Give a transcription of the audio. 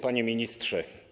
Panie Ministrze!